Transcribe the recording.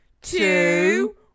two